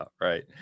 right